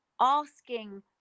asking